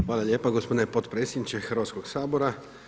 Hvala lijepo gospodine potpredsjedniče Hrvatskog sabora.